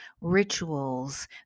rituals